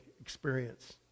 experience